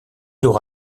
aura